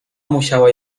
musiała